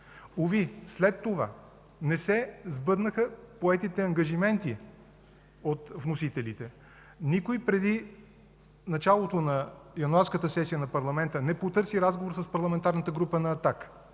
Уви, след това не се сбъднаха поетите ангажименти от вносителите. Никой преди началото на януарската сесия на парламента не потърси разговор с Парламентарната група на